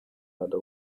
other